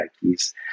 keys